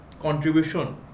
contribution